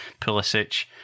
Pulisic